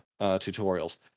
tutorials